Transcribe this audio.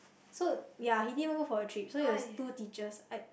so ya he didn't even go for the trip so it was two teachers I